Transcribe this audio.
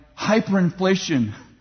hyperinflation